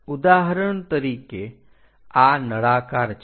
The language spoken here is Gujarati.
ઉદાહરણ તરીકે આ નળાકાર છે